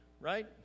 right